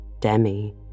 Demi